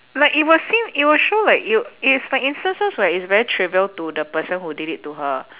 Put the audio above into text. like it was seen it will show like you it is like instances where it's very trivial to the person who did it to her